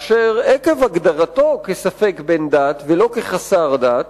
אשר עקב הגדרתו כספק בן דת, ולא כחסר דת,